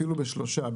אפילו בשלושה,